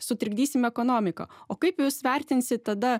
sutrikdysim ekonomiką o kaip jūs vertinsit tada